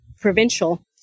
provincial